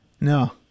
No